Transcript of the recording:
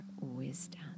wisdom